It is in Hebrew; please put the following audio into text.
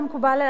זה מקובל עלי.